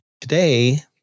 Today